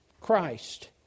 Christ